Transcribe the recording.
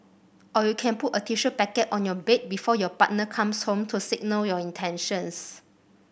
or you can put a tissue packet on your bed before your partner comes home to signal your intentions